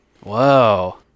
Whoa